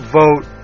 vote